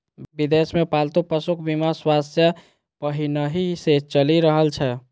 विदेश मे पालतू पशुक बीमा व्यवसाय पहिनहि सं चलि रहल छै